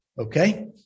Okay